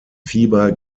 fieber